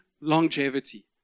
longevity